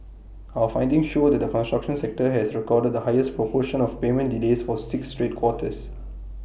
our findings show that the construction sector has recorded the highest proportion of payment delays for six straight quarters